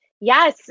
Yes